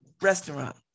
restaurant